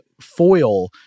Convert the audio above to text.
foil